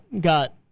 got